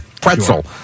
Pretzel